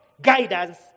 guidance